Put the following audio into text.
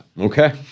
Okay